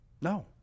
No